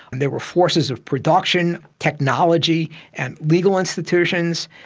and there were forces of production, technology and legal institutions.